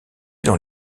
dans